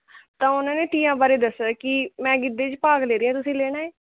ਤਾਂ ਉਹਨਾਂ ਨੇ ਤੀਆਂ ਬਾਰੇ ਦੱਸਿਆ ਕਿ ਮੈਂ ਗਿੱਧੇ 'ਚ ਭਾਗ ਲੈ ਰਹੀ ਹਾਂ ਤੁਸੀਂ ਲੈਣਾ ਹੈ